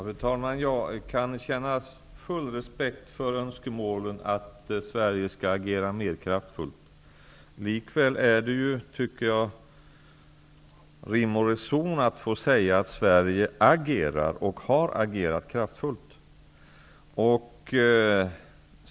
Fru talman! Jag kan känna full respekt för önskemålen att Sverige skall agera mer kraftfullt. Likväl är det, tycker jag, rim och reson att få säga att Sverige agerar och har agerat kraftfullt.